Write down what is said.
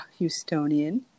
Houstonian